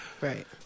Right